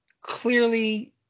clearly